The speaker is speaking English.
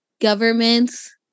governments